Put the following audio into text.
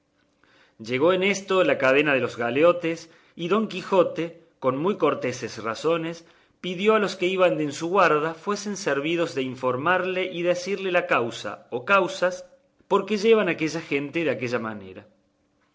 llegó en esto la cadena de los galeotes y don quijote con muy corteses razones pidió a los que iban en su guarda fuesen servidos de informalle y decille la causa o causas por que llevan aquella gente de aquella manera